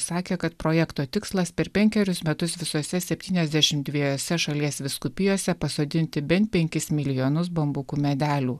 sakė kad projekto tikslas per penkerius metus visose septyniasdešim dvejose šalies vyskupijose pasodinti bent penkis milijonus bambukų medelių